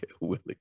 Willie